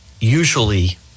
usually